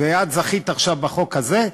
ואת זכית עכשיו, בחוק הזה.